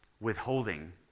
withholding